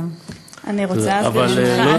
אני רוצה, ברשותך.